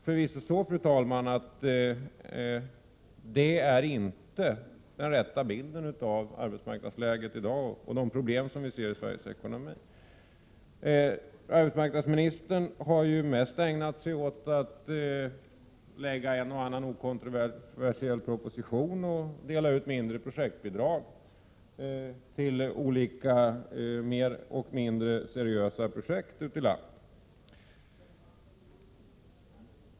Förvisso är inte det den rätta bilden av arbetsmarknadsläget i dag och de problem som vi ser för Sveriges ekonomi. Arbetsmarknadsministern har mest ägnat sig åt att lägga fram en och annan okontroversiell proposition och att dela ut mindre projektbidrag till olika mer eller mindre seriösa projekt ute i landet.